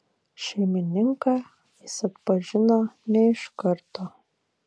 šeimininką jis atpažino ne iš karto